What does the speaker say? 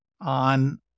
on